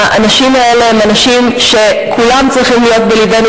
האנשים האלה כולם צריכים להיות בלבנו,